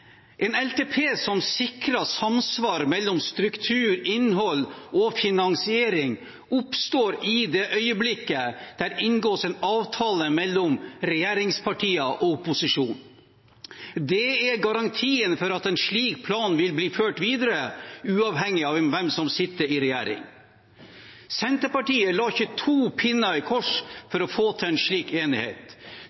En LTP som sikrer samsvar mellom struktur, innhold og finansiering, oppstår i det øyeblikket det inngås en avtale mellom regjeringspartier og opposisjon. Det er garantien for at en slik plan vil bli ført videre, uavhengig av hvem som sitter i regjering. Senterpartiet la ikke to pinner i kors